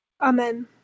Amen